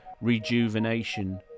rejuvenation